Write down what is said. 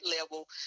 level